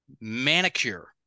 manicure